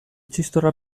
txistorra